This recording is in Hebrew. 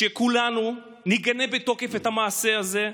שכולנו נגנה בתוקף את המעשה הזה.